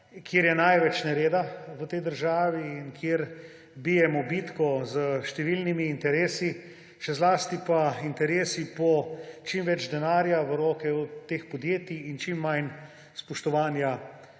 kjer je največ nereda v tej državi in kjer bijemo bitko s številnimi interesi, še zlasti pa interesi po čim več denarja v roke teh podjetij in čim manj spoštovanja